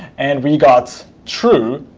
and we got true.